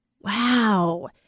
Wow